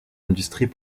industries